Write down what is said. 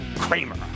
Kramer